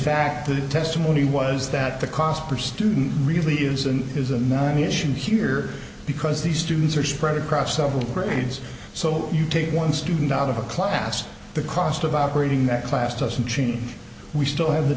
fact the testimony was that the cost per student really is and is a non issue here because the students are spread across several grades so if you take one student out of a class the cost of operating that class doesn't change we still have the